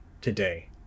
today